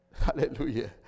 Hallelujah